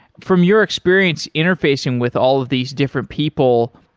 from your experience interfacing with all of these different people,